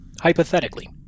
hypothetically